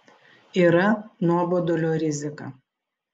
yra nuobodulio rizika